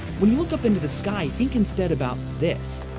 when you look up into the sky think instead about this.